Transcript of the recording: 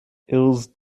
ilse